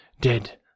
dead